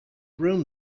room